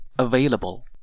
Available